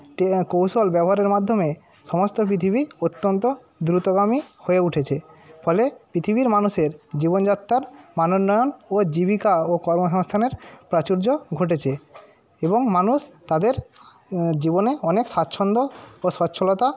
কৌশল ব্যবহারের মাধ্যমে সমস্ত পৃথিবী অতন্ত দ্রুতগামী হয়ে উঠেছে ফলে পৃথিবীর মানুষের জীবনযাত্রার মান উন্নয়ন ও জীবিকা ও কর্মসংস্থানের প্রাচুর্য ঘটেছে এবং মানুষ তাদের জীবনে অনেক স্বাচ্ছন্দ্য ও সচ্ছলতা